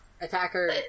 attacker